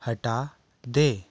हटा दें